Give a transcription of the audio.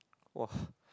!wah!